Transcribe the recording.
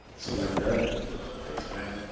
select that to expand